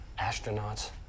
astronauts